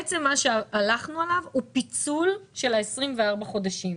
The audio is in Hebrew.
בעצם מה שהלכנו עליו הוא פיצול של ה-24 חודשים.